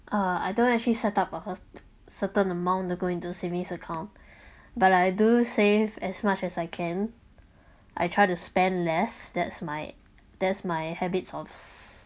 uh I don't actually setup a hers~ certain amount to go into savings account but I do save as much as I can I try to spend less that's my that's my habits of